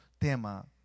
tema